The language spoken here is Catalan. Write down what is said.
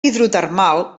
hidrotermal